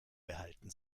behalten